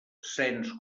cens